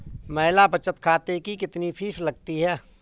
महिला बचत खाते की कितनी फीस लगती है?